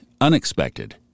unexpected